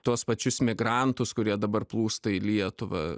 tuos pačius migrantus kurie dabar plūsta į lietuvą